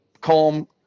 calm